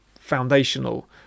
foundational